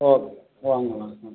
okay வாங்க வாங்க ம்